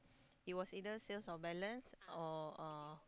it was either sales or balance or